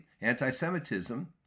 anti-Semitism